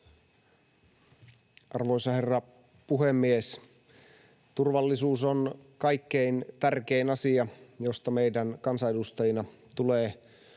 Arvoisa herra puhemies! Turvallisuus on kaikkein tärkein asia, josta meidän kansanedustajina tulee